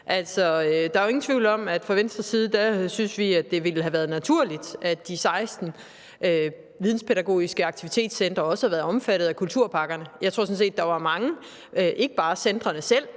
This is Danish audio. Der er jo ingen tvivl om, at fra Venstres side synes vi, at det ville have været naturligt, at de 16 videnspædagogiske aktivitetscentre også havde været omfattet af kulturpakkerne. Jeg tror sådan set, der var mange – ikke bare centrene selv,